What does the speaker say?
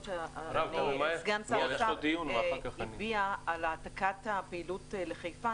של סגן שר הפנים על העתקת הפעילות לחיפה,